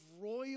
royal